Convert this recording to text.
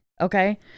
Okay